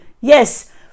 Yes